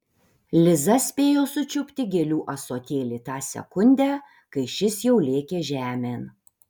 liza spėjo sučiupti gėlių ąsotėlį tą sekundę kai šis jau lėkė žemėn